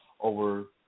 over